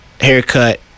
Haircut